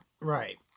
Right